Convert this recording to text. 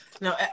No